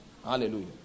hallelujah